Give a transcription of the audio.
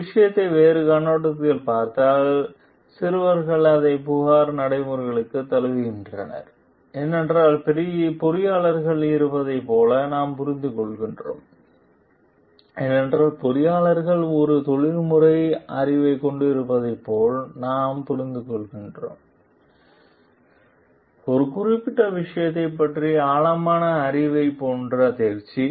ஒரு விஷயத்தை வேறு கண்ணோட்டத்தில் பார்த்தால் சிறுவர்கள் அதை புகார் நடைமுறைக்குத் தழுவுகிறார்கள் ஏனென்றால் பொறியாளர்கள் இருப்பதைப் போல நாம் புரிந்துகொள்கிறோம் ஏனென்றால் பொறியியலாளர்கள் ஒரு தொழில்முறை அறிவைக் கொண்டிருப்பதைப் போல நாம் புரிந்துகொள்கிறோம் ஒரு குறிப்பிட்ட விஷயத்தைப் பற்றிய ஆழமான அறிவைப் போன்ற தேர்ச்சி